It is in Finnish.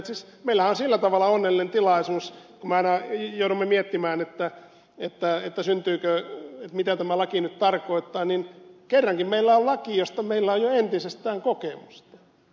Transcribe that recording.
siis meillähän on sillä tavalla onnellinen tilaisuus kun me joudumme miettimään että ei pääse tosin tiedä mitä tämä laki nyt tarkoittaa että kerrankin meillä on laki josta meillä on jo ennestään kokemusta